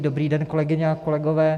Dobrý den, kolegyně a kolegové.